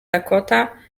dakota